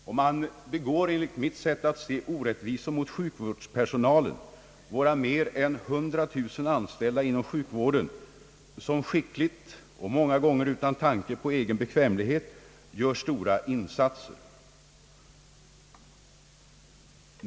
Man begår inom folkpartiet enligt mitt sätt att se orättvisor även mot sjukvårdspersonalen, våra mer än 100 000 anställda inom sjukvården, vilka skickligt och många gånger utan tanke på egen bekvämlighet gör stora insatser.